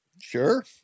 Sure